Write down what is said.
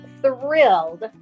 thrilled